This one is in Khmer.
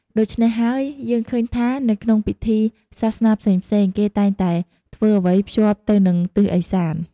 ដូច្នោះហើយ យើងឃើញថានៅក្នុងពិធីសាសនាផ្សេងៗ គេតែងតែធ្វើអ្វីភ្ជាប់ទៅនឹងទិសឦសាន។